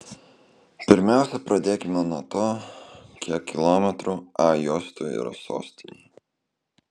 pirmiausia pradėkime nuo to kiek kilometrų a juostų yra sostinėje